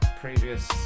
previous